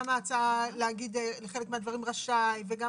גם ההצעה להגיד על חלק מהדברים "רשאי" וגם